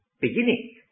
Beginning